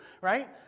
right